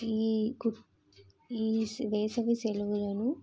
ఈ కు ఈ వేసవి సెలవులను